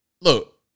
Look